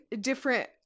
different